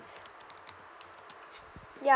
yup